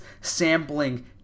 sampling